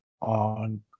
on